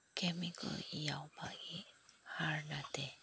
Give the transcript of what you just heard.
chemical ꯌꯥꯎꯕꯒꯤ ꯍꯥꯔ ꯅꯠꯇꯦ